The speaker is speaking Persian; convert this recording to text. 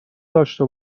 داشته